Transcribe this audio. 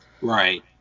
Right